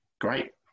great